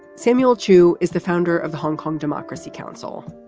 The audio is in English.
samuel chu is the founder of the hong kong democracy council